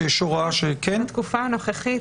בתקופה הנוכחית